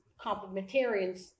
complementarians